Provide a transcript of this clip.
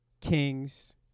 Kings